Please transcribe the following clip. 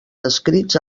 descrits